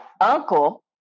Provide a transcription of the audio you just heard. uncle